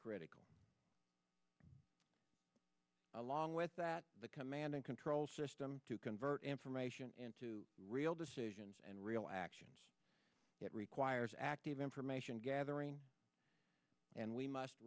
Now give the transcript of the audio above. critical along with that the command and control system to convert information into real decisions and real action it requires active information gathering and we must